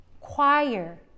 choir